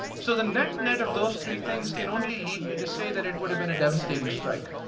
so the next night of those three things can only lead me to say that it would have been a devastating strike.